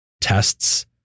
tests